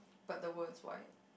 but the words white